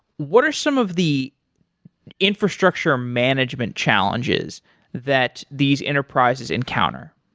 what are some of the infrastructure management challenges that these enterprises encounter?